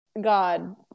god